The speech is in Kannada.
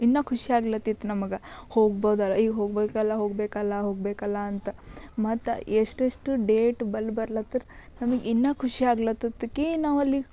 ಇನ್ನು ಖುಷ್ಯಾಗ್ಲತಿತ್ತು ನಮ್ಗೆ ಹೋಗ್ಬೋದಲ ಈಗ ಹೋಗಬೇಕಲ್ಲ ಹೋಗಬೇಕಲ್ಲ ಹೋಗಬೇಕಲ್ಲ ಅಂತ ಮತ್ತು ಎಷ್ಟೆಷ್ಟು ಡೇಟ್ ಬಳಿ ಬರ್ಲತರ ನಮಗ್ ಇನ್ನು ಖುಷಿಯಾಗ್ಲತತ್ತಕೀ ನಾವು ಅಲ್ಲಿಗೆ